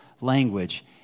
language